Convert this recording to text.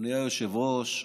אדוני היושב-ראש,